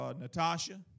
Natasha